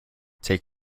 take